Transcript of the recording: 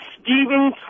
Steven